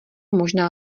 možná